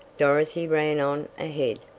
dorothy ran on ahead,